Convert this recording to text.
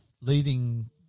leading